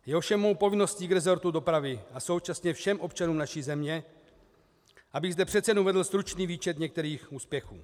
Je ovšem mou povinností k rezortu dopravy a současně všem občanům naší země, abych zde přece jenom uvedl stručný výčet některých úspěchů.